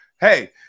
Hey